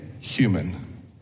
human